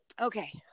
Okay